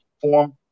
Form